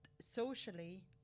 socially